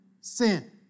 sin